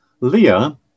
Leah